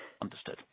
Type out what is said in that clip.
Understood